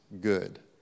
good